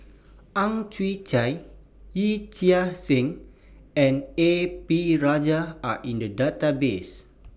Ang Chwee Chai Yee Chia Hsing and A P Rajah Are in The Database